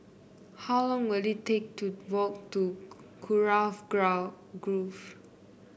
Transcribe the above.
how long will it take to walk to Kurau Grove